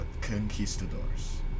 Conquistadors